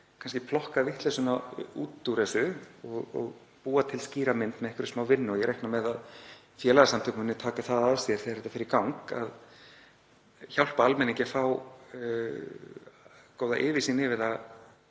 að plokka vitleysuna út úr þessu og búa til skýra mynd með einhverri smávinnu. Ég reikna með að félagasamtök muni taka það að sér, þegar þetta fer í gang, að hjálpa almenningi við að fá góða yfirsýn yfir það